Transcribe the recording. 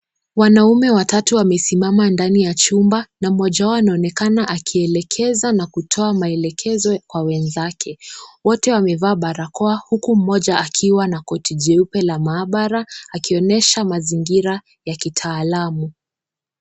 Wanaume watatu wamesimama ndani ya chumba na mmoja wao anaonekana akielekeza na kutoa maelezo kwa wenzake. Wote wamevaa barakoa huku mmoja akiwa na koti jeupe la maabara akionyesha mazingira ya kitaalamu.